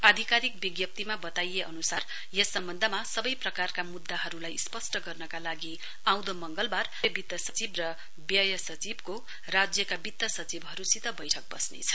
आधिकारिक विज्ञप्तीमा वताइए अनुसार यस सम्वन्धमा सवै प्रकारका मुद्दाहरुलाई स्पष्ट गर्नका लागि आउँदो मंगलवार केन्द्रीय वित्त सचिव र वित्त सचिवको राज्यका वित्त सचिवहरुसित बैठक बस्नेछ